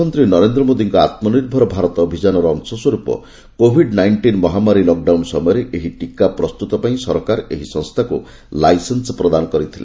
ପ୍ରଧାନମନ୍ତ୍ରୀ ନରେନ୍ଦ୍ର ମୋଦିଙ୍କ ଆତ୍କନିର୍ଭର ଭାରତ ଅଭିଯାନର ଅଂଶସ୍ୱରୂପ କୋଭିଡ୍ ନାଇଷ୍ଟିନ୍ ମହାମାରୀ ଲକ୍ଡାଉନ୍ ସମୟରେ ଏହି ଟୀକା ପ୍ରସ୍ତୁତ ପାଇଁ ସରକାର ଏହି ସଂସ୍ଥାକୁ ଲାଇସେନ୍ ପ୍ରଦାନ କରିଥିଲେ